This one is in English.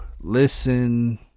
listen